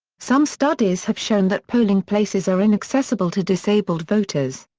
some studies have shown that polling places are inaccessible to disabled voters.